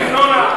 תת-רמה.